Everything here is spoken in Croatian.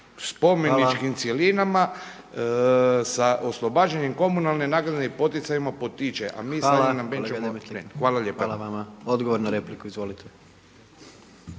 (HDZ)** Hvala. Odgovor na repliku, izvolite.